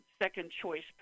second-choice